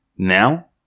Now